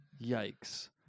yikes